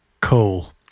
cool